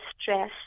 stress